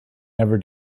never